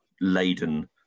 laden